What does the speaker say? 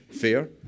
Fair